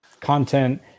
content